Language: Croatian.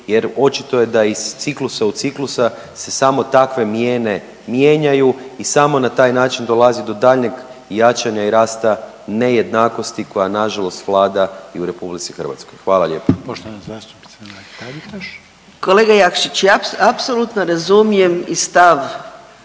jer očito je da iz ciklusa u ciklusa se samo takve mijene mijenjaju i samo na taj način dolazi do daljnjeg jačanja i rasta nejednakosti koja na žalost vlada i u Republici Hrvatskoj. Hvala lijepa. **Reiner, Željko (HDZ)** Anka Mrak-Taritaš. **Mrak-Taritaš, Anka (GLAS)** Kolega Jakšić ja apsolutno razumijem i stav